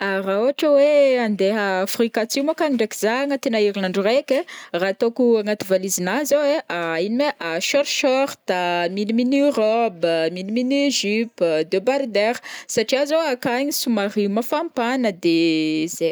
Ah raha ohatra hoe andeha Afrique atsimo akagny ndraiky zah agnatina herin'andro raiky ai, raha ataoko agnaty valisenahy zao ai, ino mai: short short a, mini mini robe, mini mini jupe, débardeur satria zao akagny somary mafampana de zay.